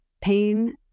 pain